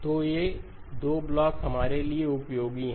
तो ये 2 ब्लॉक हमारे लिए उपयोगी हैं